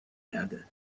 کرده